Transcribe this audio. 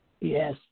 yes